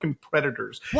predators